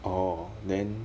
orh then